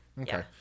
Okay